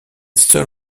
seul